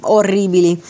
orribili